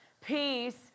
peace